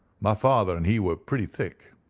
my father and he were pretty thick.